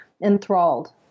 enthralled